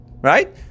Right